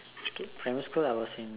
okay primary school I was in